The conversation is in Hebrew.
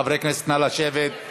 חברי הכנסת, נא לשבת.